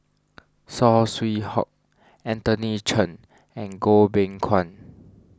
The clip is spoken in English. Saw Swee Hock Anthony Chen and Goh Beng Kwan